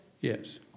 yes